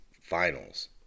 finals